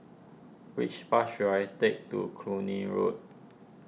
which bus should I take to Cluny Road